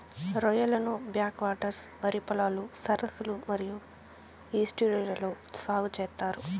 రొయ్యలను back waters, వరి పొలాలు, సరస్సులు మరియు ఈస్ట్యూరీలలో సాగు చేత్తారు